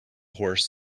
horse